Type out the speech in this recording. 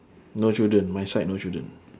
no children my side no children